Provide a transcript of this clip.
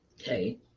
Okay